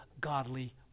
godly